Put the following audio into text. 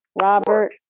Robert